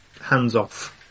hands-off